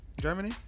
Germany